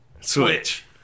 Switch